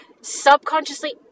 subconsciously